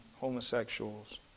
homosexuals